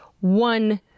one